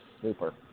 Super